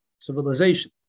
civilization